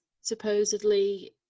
supposedly